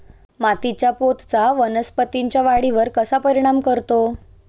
मातीच्या पोतचा वनस्पतींच्या वाढीवर कसा परिणाम करतो?